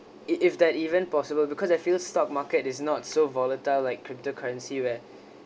it if that even possible because I feel stock market is not so volatile like crypto currency where